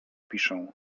piszę